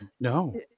No